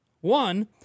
One